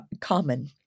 common